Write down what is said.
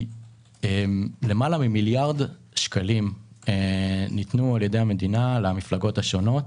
יותר ממיליארד שקלים ניתנו על ידי המדינה למפלגות השונות.